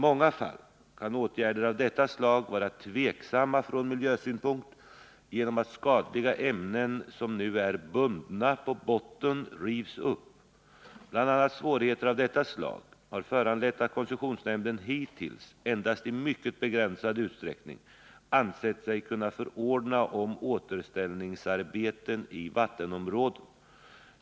Ofta kan åtgärder av detta slag vara tveksamma från miljösynpunkt genom att skadliga ämnen som nu är bundna på botten rivs upp. Bl. a. svårigheter av detta slag har föranlett att koncessionsnämnden hittills endast i mycket begränsad utsträckning ansett sig kunna förordna om återställningsarbeten i vattenområden.